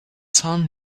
sun